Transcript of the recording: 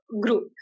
group